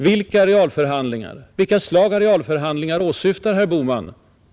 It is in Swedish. Vilket slag av realförhandlingar åsyftar herr Bohman?